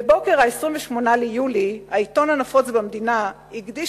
בבוקר ה-28 ביולי העיתון הנפוץ במדינה הקדיש